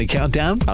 Countdown